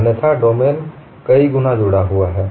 अन्यथा डोमेन कई गुना जुड़ा हुआ है